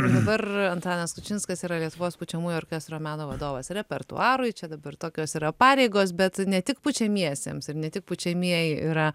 dabar antanas kučinskas yra lietuvos pučiamųjų orkestro meno vadovas repertuarui čia dabar tokios yra pareigos bet ne tik pučiamiesiems ir ne tik pučiamieji yra